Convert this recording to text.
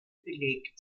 belegt